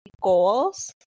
goals